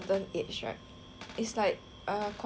it's like err quarter life crisis like that